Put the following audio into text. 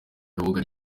kabuga